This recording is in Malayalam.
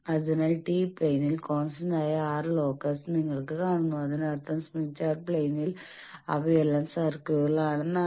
അതിനാൽ τ പ്ലയിൻ കോൺസ്റ്റന്റായ R⁻ലോക്കസ് നിങ്ങൾ കാണുന്നു അതിനർത്ഥം സ്മിത്ത് ചാർട്ട് പ്ലെയിനിൽ അവയെല്ലാം സർക്കിളുകളാണെന്നാണ്